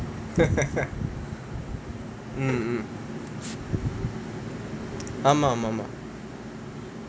mm mm ஆமா ஆமா:aamaa aamaa